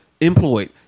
employed